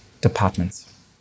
departments